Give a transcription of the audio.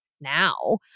now